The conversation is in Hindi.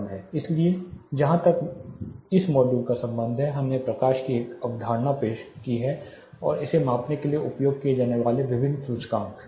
इसलिए जहां तक इस मॉड्यूल का संबंध है हमने प्रकाश की एक अवधारणा पेश की है और इसे मापने के लिए उपयोग किए जाने वाले विभिन्न सूचकांक